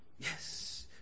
Yes